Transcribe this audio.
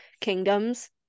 kingdoms